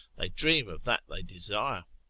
they dream of that they desire.